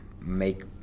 make